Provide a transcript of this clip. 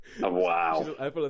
Wow